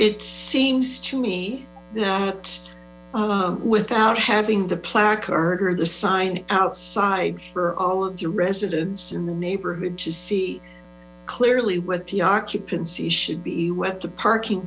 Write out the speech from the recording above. it seems to me that without having the placard or the sign outside for all of the residents in the neighborhood to see clearly what the occupancy should be what the parking